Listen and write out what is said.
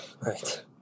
right